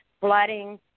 flooding